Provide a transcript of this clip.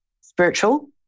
spiritual